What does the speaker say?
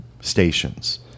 stations